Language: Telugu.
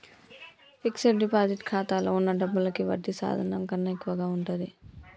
ఫిక్స్డ్ డిపాజిట్ ఖాతాలో వున్న డబ్బులకి వడ్డీ సాధారణం కన్నా ఎక్కువగా ఉంటది